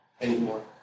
anymore